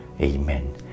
Amen